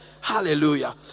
hallelujah